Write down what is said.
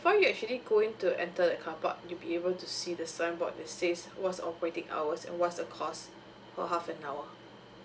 before you actually go in to enter the carpark you will be able to see the signboard that says what is the operating hours and what is the cost for half an hour